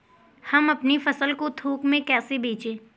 हम अपनी फसल को थोक में कैसे बेचें?